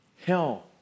hell